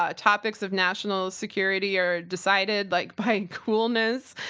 ah topics of national security are decided, like by coolness,